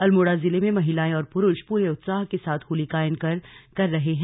अल्मोड़ा जिले में महिलाए और पुरुष पूरे उत्साह के साथ होली गायन कर रहे हैं